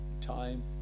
time